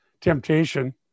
temptation